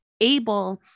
able